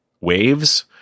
waves